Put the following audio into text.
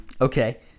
Okay